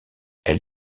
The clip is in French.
elle